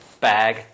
bag